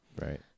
right